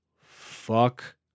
fuck